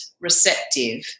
receptive